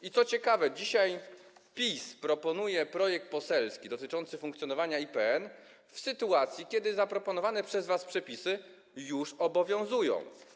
I co ciekawe, dzisiaj PiS proponuje projekt poselski dotyczący funkcjonowania IPN w sytuacji, kiedy zaproponowane przez was przepisy już obowiązują.